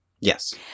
Yes